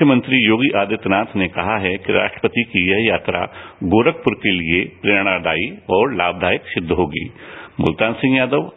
मुख्यमंत्री योगी आदित्यनाथ ने कहा है कि राष्ट्रपति की यह यात्रा गोरखपुर के लिए प्रेरणादायी और लामदायी सिद्द होगी मुलतान सिंह यादव